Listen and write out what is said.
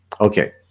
Okay